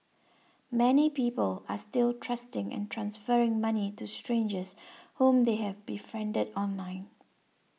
many people are still trusting and transferring money to strangers whom they have befriended online